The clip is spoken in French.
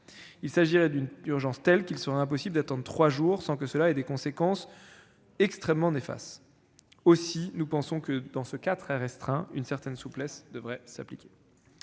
Il s'agirait d'une urgence telle qu'il serait impossible d'attendre trois jours sans que cela ait des conséquences extrêmement néfastes. Aussi, nous pensons que, dans ce cas très restreint, une certaine souplesse devrait s'appliquer.